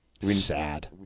Sad